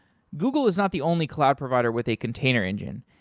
google is not the only cloud provider with a container engine.